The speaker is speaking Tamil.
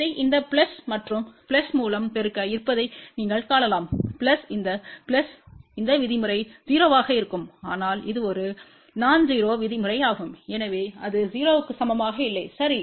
இதை இந்த பிளஸ் மற்றும் பிளஸ் மூலம் பெருக்க இருப்பதை நீங்கள் காணலாம் பிளஸ் இந்த பிளஸ் இந்த விதிமுறை 0 ஆக இருக்கும் ஆனால் இது ஒரு நன்ஜெரோ விதிமுறைமாகும் எனவே அது 0 க்கு சமமாக இல்லை சரி